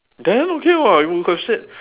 then okay [what] you could have said